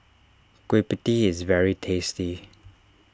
Kueh Pie Tee is very tasty